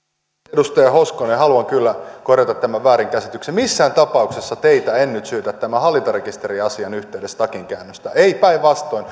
edustaja hoskonen haluan kyllä korjata tämän väärinkäsityksen missään tapauksessa teitä en nyt syytä tämän hallintarekisteriasian yhteydessä takinkäännöstä ei päinvastoin